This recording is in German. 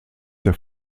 der